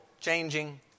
changing